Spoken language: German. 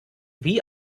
wie